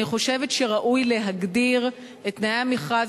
אני חושבת שראוי להגדיר את תנאי המכרז